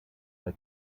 bei